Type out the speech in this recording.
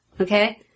Okay